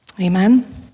Amen